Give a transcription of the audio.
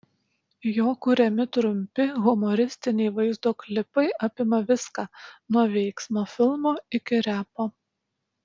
jo kuriami trumpi humoristiniai vaizdo klipai apima viską nuo veiksmo filmo iki repo